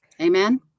Amen